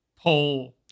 pull